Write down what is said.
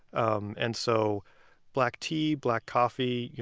um and so black tea, black coffee,